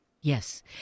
Yes